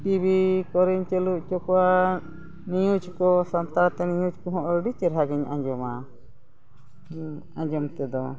TV ᱠᱚᱨᱮᱧ ᱪᱟᱹᱞᱩ ᱦᱚᱪᱚ ᱠᱚᱣᱟ ᱱᱤᱣᱩᱡᱽ ᱠᱚ ᱥᱟᱱᱛᱟᱲᱛᱮ ᱱᱤᱣᱩᱡᱽ ᱠᱚ ᱦᱚᱸ ᱟᱹᱰᱤ ᱪᱮᱨᱦᱟ ᱜᱮᱧ ᱟᱸᱡᱚᱢᱟ ᱦᱮᱸ ᱟᱸᱡᱚᱢ ᱛᱮᱫᱚ